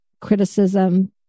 criticism